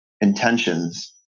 intentions